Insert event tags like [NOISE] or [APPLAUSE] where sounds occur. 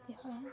[UNINTELLIGIBLE]